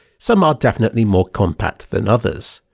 some are definitely more compact than others!